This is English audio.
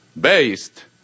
based